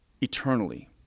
eternally